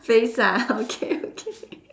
face ah okay okay